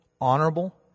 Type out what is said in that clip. honorable